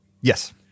Yes